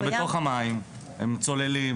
זה בתוך המים, הם צוללים.